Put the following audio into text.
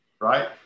right